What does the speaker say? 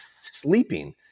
sleeping